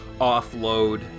offload